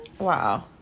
wow